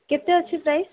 କେତେ ଅଛି ପ୍ରାଇସ୍